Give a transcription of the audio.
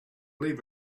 leave